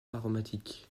aromatique